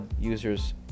users